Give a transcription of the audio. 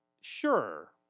sure